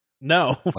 No